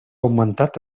augmentat